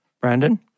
Brandon